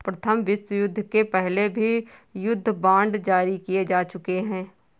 प्रथम विश्वयुद्ध के पहले भी युद्ध बांड जारी किए जा चुके हैं